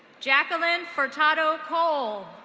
jacqueline furtado cole.